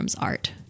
art